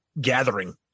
gathering